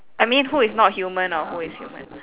I mean who is not human or who is human